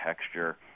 texture